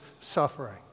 suffering